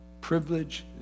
privilege